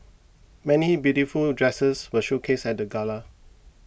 many beautiful dresses were showcased at the gala